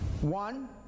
One